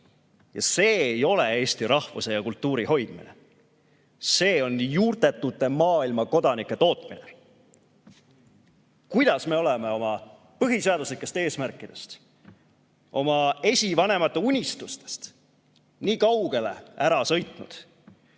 Ja see ei ole eesti rahvuse ja kultuuri hoidmine, see on juurtetute maailmakodanike tootmine. Kuidas me oleme oma põhiseaduslikest eesmärkidest, oma esivanemate unistustest nii kaugele eemale sõitnud?